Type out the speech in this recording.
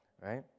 Right